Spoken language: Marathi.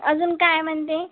अजून काय म्हणते